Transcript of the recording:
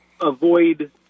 avoid